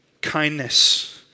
Kindness